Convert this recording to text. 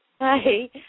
hi